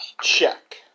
Check